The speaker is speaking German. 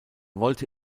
wollte